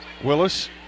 Willis